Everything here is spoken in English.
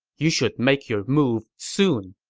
you should make your move soon.